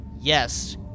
yes